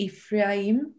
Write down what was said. Ephraim